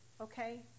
okay